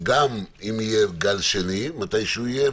גם אם יהיה גל שני מתישהו יהיה,